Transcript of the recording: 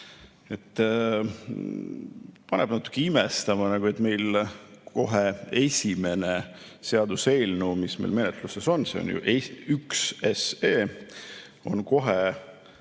Paneb natuke imestama, et kohe esimene seaduseelnõu, mis meil menetluses on, see on ju 1 SE, on